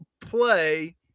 play